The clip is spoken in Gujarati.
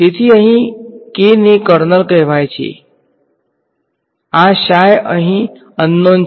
તેથી અહીં આ K ને કર્નલ કહેવાય છે આ અહીં અનનોન છે